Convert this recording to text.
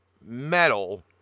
metal